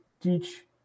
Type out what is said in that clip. teach